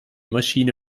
maschine